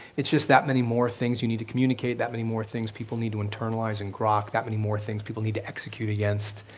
it's just that many more things you need to communicate, that many more things people need to internalize in grok, that many more things people need to execute against,